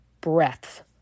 breath